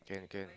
can can